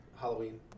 Halloween